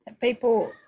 People